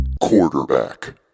Quarterback